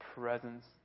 presence